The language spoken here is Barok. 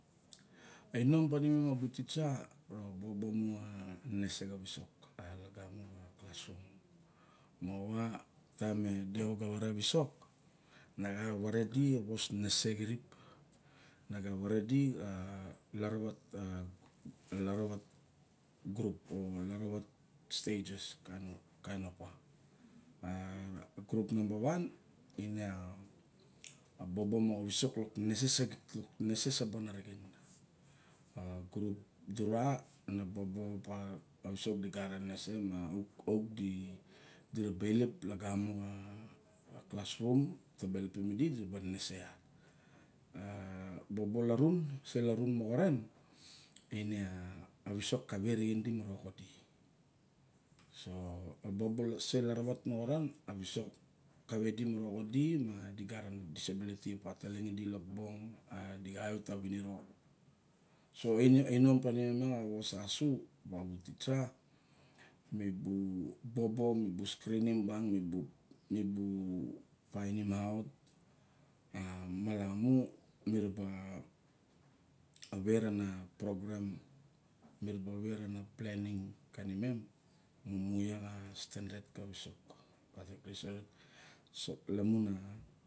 A ainom pa ni mem a bung titsa mi ra ba bobo mu a nenese xa vusok lagamo xa klasrum, moxa wa taim e. Deo ga vare a visok, na xa vare di a vos nenese xirip. Na ga vore diu xa larawat, larawat grup o larawat status. Kain opa. Grup namba wan- a bobo moxa visok lok nenese saxit lok nenese saban arixen. A grup dura a na bobo apa a visok du gat a enese ma ouk di, di raba ralep lagamo xa klasrum ta be elpim idi taba nenese iak. A bobo larun, se larun maoxaren ine a visok kawei arixen di ma kawei a rixen ma oxodi. A bobo se larawat moxa ren kawei diu mara xo di ma du gat a disapliniti pat lok norok a dixa viot ta va viniro. So a inom panimen a vos asu, abu titsa, mibu bobo, mi bu skrinim bang, mi bu painim aut ma malama mi ra ba we ra na progrem, mi ra ba wera na plening nimem ka. Ine mumu iak a na stendet ka visok lamuna.